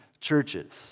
churches